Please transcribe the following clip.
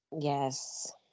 Yes